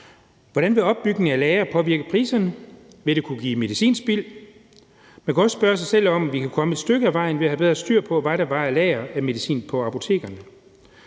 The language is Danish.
Hvordan vil opbygningen af lagre påvirke priserne? Vil det kunne give medicinspild? Man kunne også spørge sig selv om, om vi kunne komme stykke ad vejen ved at have bedre styr på, hvad der var af lagre af medicin på apotekerne.